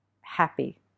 happy